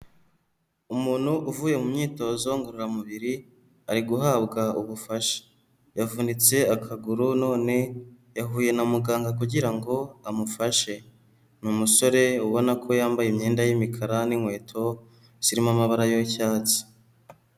Umuntu uvuye mu myitozo ngororamubiri, ari guhabwa ubufasha, yavunitse akaguru none yahuye na muganga kugira ngo amufashe, ni umusore ubona ko yambaye imyenda y'imikara n'inkweto zirimo amabara y'icyatsi.